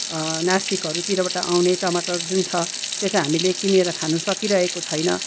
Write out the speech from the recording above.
नासिकहरूतिरबाट आउने टमाटर जुन छ त्यो चाहिँ हामीले किनेर खानु सकिरहेको छैन